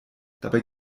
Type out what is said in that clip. dabei